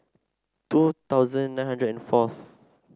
two thousand nine hundred and fourth